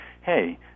Hey